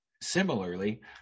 similarly